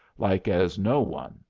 like as no one,